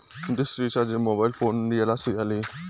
dish recharge mobile phone నుండి ఎలా సేయాలి